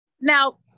Now